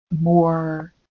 more